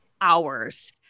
hours